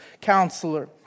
Counselor